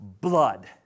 blood